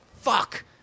Fuck